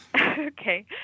Okay